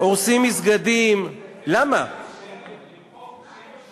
אתה רוצה להרוג ערבים?